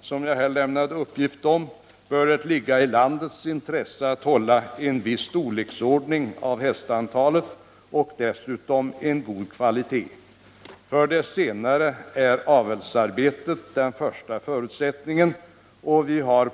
som jag här lämnat uppgift om, bör det ligga i landets intresse att antalet hästar är av en viss storleksordning och att hästarna också är av god kvalitet. När det gäller kvaliteten är avelsarbetet den första förutsättningen.